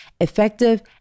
effective